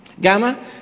Gamma